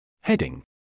Heading